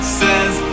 says